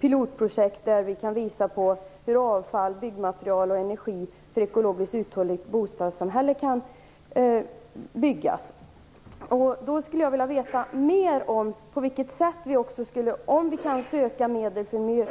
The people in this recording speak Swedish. Pilotprojekten skulle visa på hur avfall, byggmaterial och energi för ett ekologiskt uthålligt bostadssamhälle kan hanteras. Jag skulle vilja veta mera om på vilket sätt man kan söka medel för